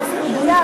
זה הכול.